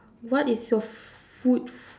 what is your food f~